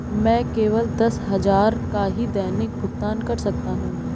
मैं केवल दस हजार का ही दैनिक भुगतान कर सकता हूँ